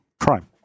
Crime